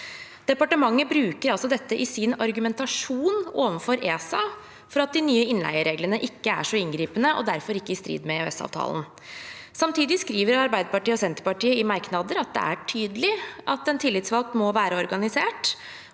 Departementet bruker altså dette i sin argumentasjon overfor ESA for at de nye innleiereglene ikke er så inngripende, og derfor ikke er i strid med EØS-avtalen. Samtidig skriver Arbeiderpartiet og Senterpartiet i merknader at det er tydelig at en tillitsvalgt må være organisert,